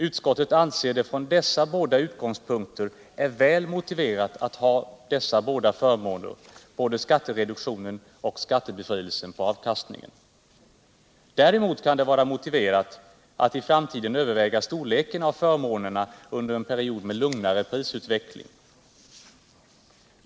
Utskottet anser att det från de här utgångspunkterna är väl motiverat att ha dessa båda förmåner — både skattereduktionen och skattebefrielsen på avkastningen. Däremot kan det bli nödvändigt att i framtiden överväga storleken av förmånerna under en period med lugnare prisutveckling.